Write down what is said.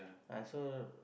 ah so